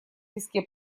песке